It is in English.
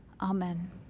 Amen